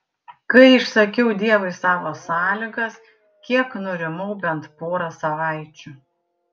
kai išsakiau dievui savo sąlygas kiek nurimau bent porą savaičių